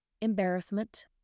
embarrassment